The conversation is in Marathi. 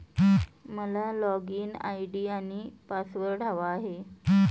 मला लॉगइन आय.डी आणि पासवर्ड हवा आहे